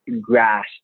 grass